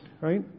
right